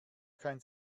kein